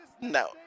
No